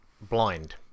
blind